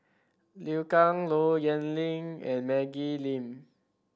Liu Kang Low Yen Ling and Maggie Lim